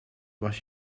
was